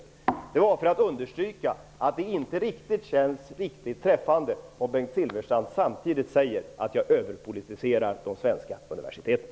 Det gjorde jag för att understryka att det inte känns riktigt träffande att Bengt Silfverstrand samtidigt säger att jag överpolitiserar de svenska universiteten.